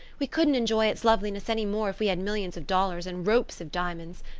we couldn't enjoy its loveliness any more if we had millions of dollars and ropes of diamonds.